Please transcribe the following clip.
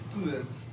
students